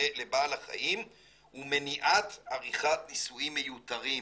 החיים ומניעת עריכת ניסויים מיותרים'.